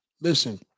listen